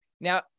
Now